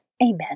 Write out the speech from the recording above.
Amen